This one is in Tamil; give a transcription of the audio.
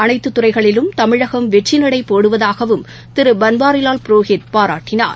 அளைத்துதுறைகளிலும் தமிழகம் வெற்றிநடைபோடுவதாகவும் திருபன்வாரிலால் புரோஹித் பாராட்டினார்